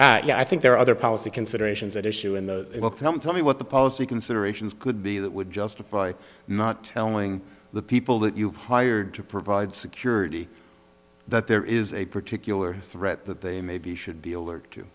and i think there are other policy considerations at issue in the film tell me what the policy considerations could be that would justify not telling the people that you've hired to provide security that there is a particular threat that they maybe should be alert to